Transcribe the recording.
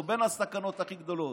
או מהסכנות הכי גדולות.